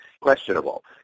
questionable